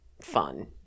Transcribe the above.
fun